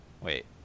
wait